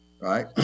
right